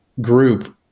group